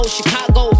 Chicago